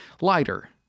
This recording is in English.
lighter